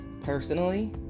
personally